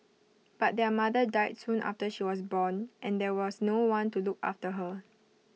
but their mother died soon after she was born and there was no one to look after her